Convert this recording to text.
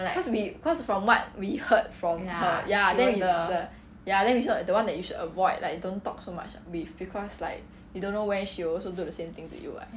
cause we cause from what we heard from her ya then we ya then she's the one that you should avoid like don't talk so much with because like you don't know where she will also do the same thing to you [what]